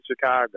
Chicago